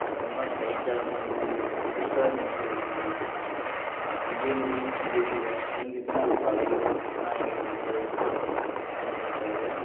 ஏன்னால் கைக் காலெல்லாம் ஊறிரும் புதுசாக நீச்சல் அடிக்கிறவங்களுக்கு அங்கேயே மீன் பிடிக்கிறவிங்க அவங்களுக்குனா அது பழகிரும் ஆனால் எங்களுக்கு அந்த இதுனால் ஒன்றும் இருக்காது